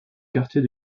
quartier